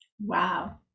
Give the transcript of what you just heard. Wow